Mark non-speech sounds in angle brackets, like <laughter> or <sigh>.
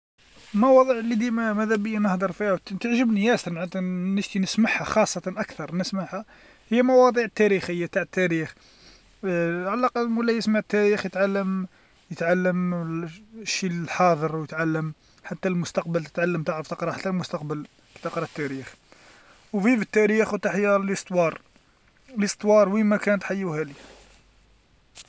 المواضيع اللي ديما ماذابيا نهدر فيها وت- تعجبني ياسر معنتها نشتي نسمعها خاصة أكثر نسمعها، هي مواضيع تاريخيه تاع التاريخ، <hesitation> على الأقل مولاي يسمع التاريخ يتعلم يتعلم ال- الشي الحاضر ويتعلم حتى المستقبل تتعلم تعرف تقرا حتى المستقبل، تقرا التاريخ، وتحيا التاريخ وتحيا القصة، القصة وين ما كانت حيوهالي.